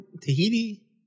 Tahiti